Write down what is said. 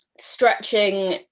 stretching